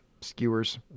Skewers